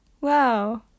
wow